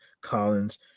collins